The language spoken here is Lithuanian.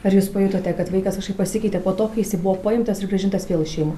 ar jūs pajutote kad vaikas kažkaip pasikeitė po to kai jisai buvo paimtas ir grąžintas vėl į šeimą